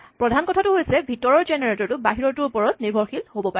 প্ৰধান কথাটো হৈছে ভিতৰৰ জেনেৰেটৰ টো বাহিৰৰটোৰ ওপৰত নিৰ্ভৰশীল হ'ব পাৰে